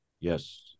Yes